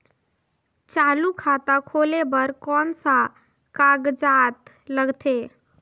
चालू खाता खोले बर कौन का कागजात लगथे?